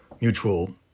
Mutual